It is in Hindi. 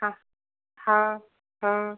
हाँ हाँ हाँ